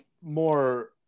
more